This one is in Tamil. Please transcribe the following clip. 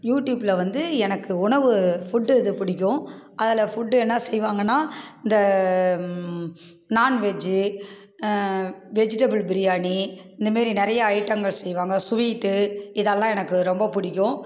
யூடியூப்ல வந்து எனக்கு உணவு ஃபுட் இது பிடிக்கும் அதில் ஃபுட் என்ன செய்வாங்கன்னா இந்த நாண்வெஜ் வெஜிடபிள் பிரியாணி இந்தமாரி நிறையா ஐட்டங்கள் செய்வாங்க சுவீட் இதெல்லாம் எனக்கு ரொம்ப பிடிக்கும்